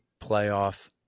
playoff